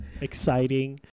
exciting